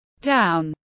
down